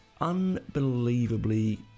unbelievably